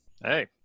Hey